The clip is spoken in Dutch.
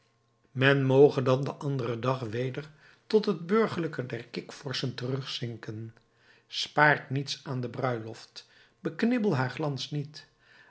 men moge dan den anderen dag weder tot het burgerlijke der kikvorschen terugzinken spaart niets aan de bruiloft beknibbel haar glans niet